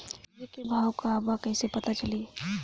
सब्जी के भाव का बा कैसे पता चली?